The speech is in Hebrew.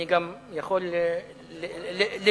אני גם יכול לגלות,